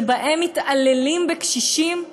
שבהם מתעללים בקשישים?